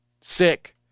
sick